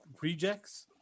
Rejects